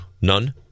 None